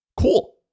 cool